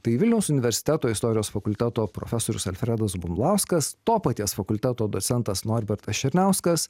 tai vilniaus universiteto istorijos fakulteto profesorius alfredas bumblauskas to paties fakulteto docentas norbertas černiauskas